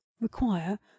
require